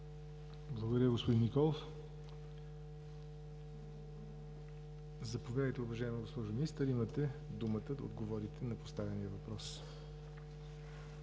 Благодаря, господин Николов. Заповядайте, уважаема госпожо Министър – имате думата да отговорите на поставения въпрос.